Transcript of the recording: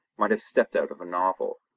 might have stepped out of a novel.